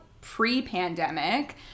pre-pandemic